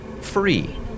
free